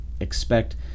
Expect